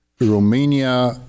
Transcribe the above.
Romania